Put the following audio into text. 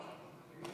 נגד, אין,